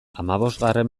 hamabosgarren